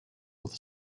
with